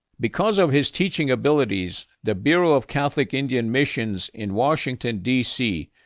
because of his teaching abilities, the bureau of catholic indian missions, in washington, d c,